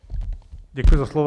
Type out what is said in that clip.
Děkuji za slovo.